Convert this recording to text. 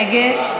מי נגד?